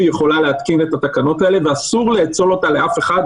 יכולה להתקין את התקנות האלה ואסור לאצול אותה לאף אחד,